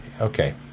okay